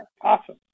awesome